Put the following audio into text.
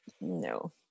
No